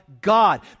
God